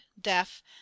deaf